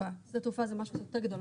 התעופה שדה תעופה זה משהו קצת יותר גדול.